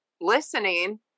listening